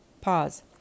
Pause